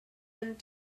and